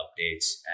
updates